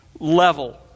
Level